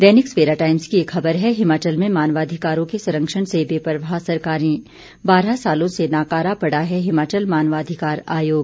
दैनिक Savera Times की एक खबर है हिमाचल में मानवाधिकारों के संरक्षण से बेपरवाह सरकारें बारह सालों से नाकारा पड़ा है हिमाचल मानवाधिकार आयोग